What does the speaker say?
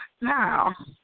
Now